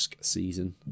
season